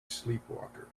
sleepwalker